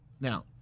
Now